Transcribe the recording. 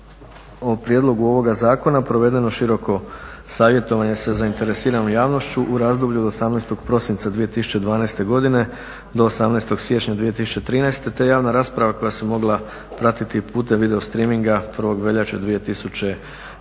o prijedlogu ovoga zakona provedeno široko savjetovanje sa zainteresiranom javnošću u razdoblju od 18. prosinca 2012. godine do 18. siječnja 2013. te javna rasprava koja se mogla pratiti i putem video streaminga 1. veljače 2013.